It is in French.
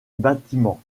bâtiment